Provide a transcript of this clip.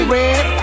Red